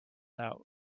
out